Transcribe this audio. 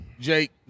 Jake